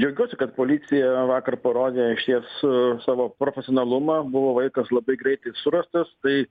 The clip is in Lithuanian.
džiaugiuosi kad policija vakar parodė išties savo profesionalumą buvo vaikas labai greitai surastas tai